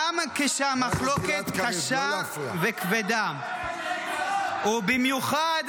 כשהמחלוקת קשה וכבדה -- חברי הכנסת,